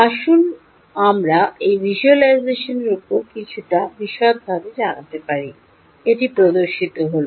আসুন আমরা এই ভিজ্যুয়ালাইজেশনের উপর কিছুটা বিশদভাবে জানাতে পারি এটি প্রদর্শিত হল